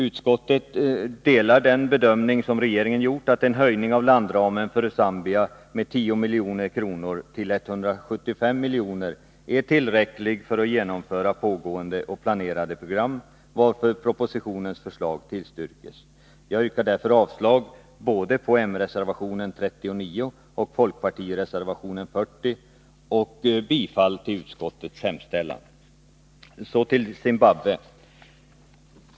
Utskottet delar den av regeringen gjorda bedömningen att en höjning av landramen för Zambia med 10 milj.kr. till 175 miljoner är tillräcklig för att genomföra pågående och planerade program, varför propositionens förslag tillstyrks. Jag yrkar avslag på både moderatreservationen nr 39 och folkpartireservationen nr 40 samt bifall till utskottets hemställan. Så till Zimbabwe.